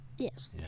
Yes